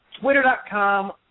Twitter.com